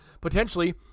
potentially